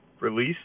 Release